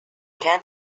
can